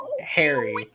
Harry